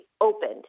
opened